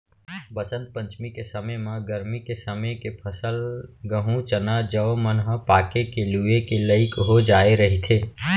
बसंत पंचमी के समे म गरमी के समे के फसल गहूँ, चना, जौ मन ह पाके के लूए के लइक हो जाए रहिथे